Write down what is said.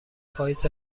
پاییز